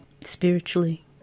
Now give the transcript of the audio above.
spiritually